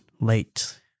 late